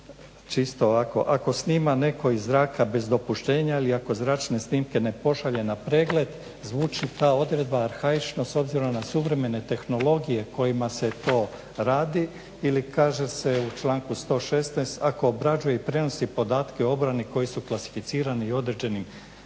ovako: "Ako snima netko iz zraka bez dopuštenja, ili ako zračne snimke ne pošalje na pregled." Zvuči ta odredba arhaično s obzirom na suvremene tehnologije kojima se to radi ili kaže se u članku 116. "Ako obrađuje i prenosi podatke o obrani koji su klasificirani i određenim